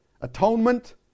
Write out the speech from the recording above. atonement